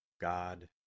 God